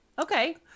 okay